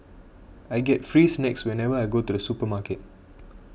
I get free snacks whenever I go to the supermarket